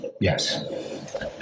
yes